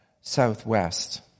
southwest